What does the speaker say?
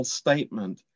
statement